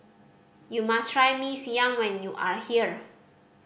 you must try Mee Siam when you are here